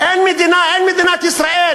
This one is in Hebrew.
אין מדינת ישראל.